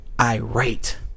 irate